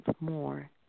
more